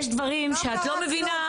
יש דברים שאת לא מבינה.